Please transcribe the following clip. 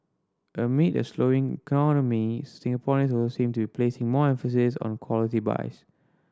amid a slowing economy Singaporeans also seem to be placing more emphasis on quality buys